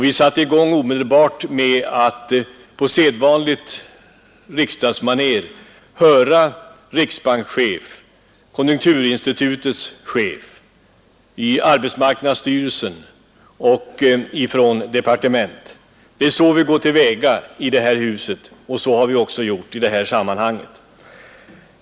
Vi satte omedelbart i gång med att på sedvanligt riksdagsmaner höra riksbankschefen, konjunkturinstitutets chef, arbetsmarknadsstyrelsen och finansdepartementet. Det är så vi går till väga i detta hus, och så har vi också gjort i detta sammanhang.